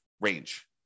range